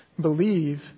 Believe